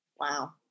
Wow